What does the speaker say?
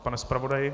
Pane zpravodaji?